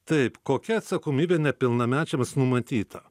taip kokia atsakomybė nepilnamečiams numatyta